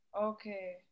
okay